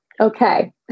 Okay